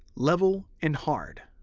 level, and hard.